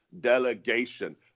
delegation